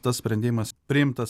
tas sprendimas priimtas